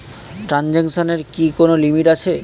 ট্রানজেকশনের কি কোন লিমিট আছে?